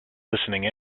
listening